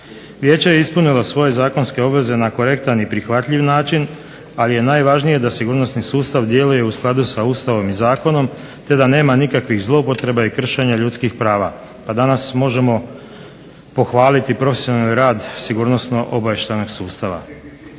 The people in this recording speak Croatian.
Vijeće je ispunilo svoje zakonske obveze na korektan i prihvatljiv način ali je najvažnije da sigurnosni sustav djeluje u skladu sa Ustavom i zakonom te da nema nikakvih zloupotreba i kršenja ljudskih prava, a danas možemo pohvaliti profesionalni rad sigurnosno-obavještajnog sustava.